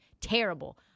terrible